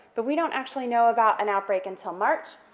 but we don't actually know about an outbreak until march,